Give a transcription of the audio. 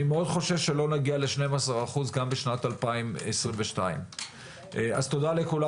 חושש שלא נגיע ל-12% בשנת 2022. תודה רבה לכולם,